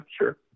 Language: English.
sure